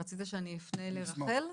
רצית שאני אפנה לרחל.